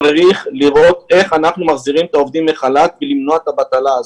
צריך לראות איך אנחנו מחזירים את העובדים מחל"ת ומונעים את הבטלה הזאת.